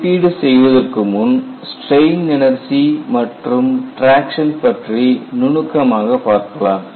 மதிப்பீடு செய்வதற்கு முன் ஸ்ட்ரெயின் எனர்ஜி மற்றும் டிராக்சன் பற்றி நுணுக்கமாக பார்க்கலாம்